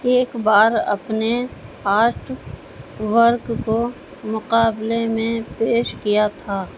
ایک بار اپنے آرٹ ورک کو مقابلے میں پیش کیا تھا